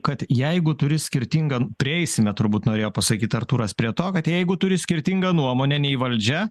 kad jeigu turi skirtingą prieisime turbūt norėjo pasakyt artūras prie to kad jeigu turi skirtingą nuomonę nei valdžia